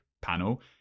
panel